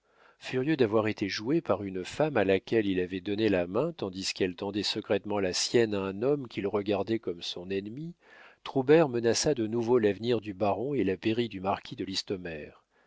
furieux d'avoir été joué par une femme à laquelle il avait donné la main tandis qu'elle tendait secrètement la sienne à un homme qu'il regardait comme son ennemi troubert menaça de nouveau l'avenir du baron et la pairie du marquis de listomère